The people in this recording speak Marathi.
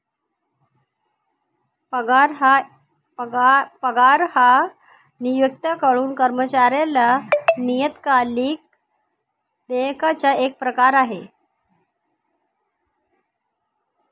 पगार हा नियोक्त्याकडून कर्मचाऱ्याला नियतकालिक देयकाचा एक प्रकार आहे